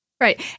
Right